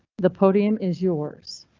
the podium is yours.